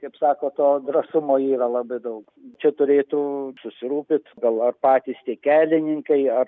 kaip sako to drąsumo yra labai daug čia turėtų susirūpyt gal ar patys tie kelininkai ar